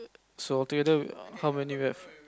so altogether how many we have